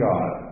God